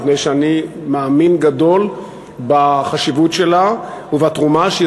מפני שאני מאמין גדול בחשיבות שלה ובתרומה שהיא